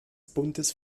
buntes